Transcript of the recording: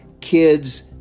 kids